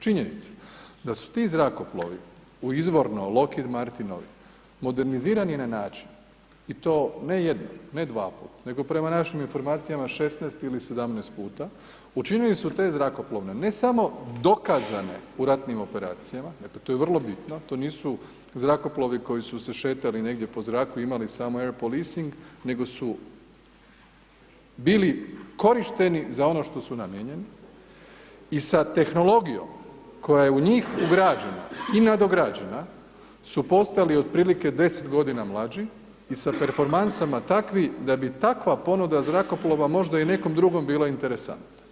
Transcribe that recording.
Činjenica da su ti zrakoplovi u izvorno lokirmartinovi modernizirani na način i to ne jednom, ne dvaput nego prema našim informacijama 16 ili 17 puta učinili su te zrakoplove ne samo dokazane u ratnim operacijama, dakle to je vrlo bitno, to nisu zrakoplovi koji su se šetali negdje po zraku i imali samo erpolising nego su bili korišteni za ono što su namijenjeni i sa tehnologijom koja je u njih ugrađena i nadograđena su postajali otprilike 10 godina mlađi sa performansama takvi da bi takva ponuda zrakoplova možda i nekom drugom bila interesantna.